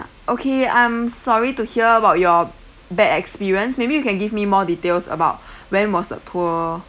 okay I'm sorry to hear about your bad experience maybe you can give me more details about when was the tour